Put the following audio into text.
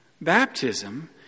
Baptism